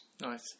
Nice